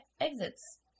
exits